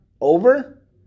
over